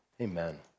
amen